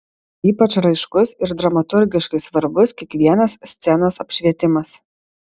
ypač raiškus ir dramaturgiškai svarbus kiekvienas scenos apšvietimas